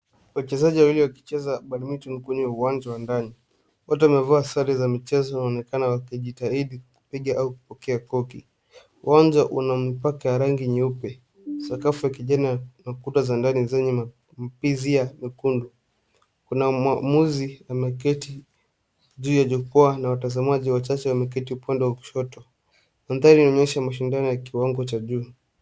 Wachezaji wawili wakicheza badminton kwenye uwanja wa ndani. Wote wamevaa sare za michezo na wanaonekana wakijitahidi kupiga au kupokea koki. Uwanja una mistari ya rangi nyeupe, sakafu ya kijani na kuta za ndani zenye mapazia mekundu, Kuna muamuzi ameketi juu ya jukwaa na watazamaji wachache wakiketi upande wa kushoto. Mandhari inaonyesha mashindano ya kiwango cha juu.